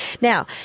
Now